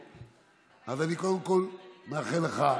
אז קודם כול, אני מאחל לך,